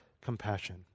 compassion